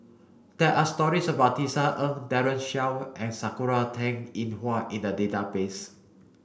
there are stories about Tisa Ng Daren Shiau and Sakura Teng Ying Hua in the database